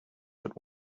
but